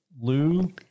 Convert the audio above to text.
Lou